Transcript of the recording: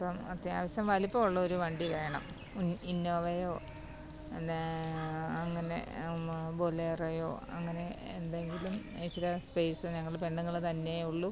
അപ്പം അത്യാവശ്യം വലിപ്പം ഉള്ള ഒരു വണ്ടി വേണം ഇന്നോവയോ പിന്നേ അങ്ങനെ ബൊലേറെയോ അങ്ങനെ എന്തെങ്കിലും ഇച്ചിരി സ്പേസ് ഞങ്ങൾ പെണ്ണുങ്ങൾ തന്നെയെ ഉള്ളു